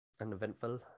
Uneventful